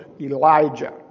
Elijah